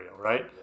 right